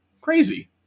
Crazy